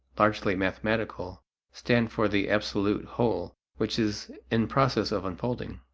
largely mathematical, stand for the absolute whole which is in process of unfolding.